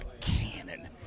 cannon